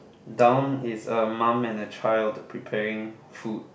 down is a mum and a child preparing food